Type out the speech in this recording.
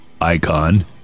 icon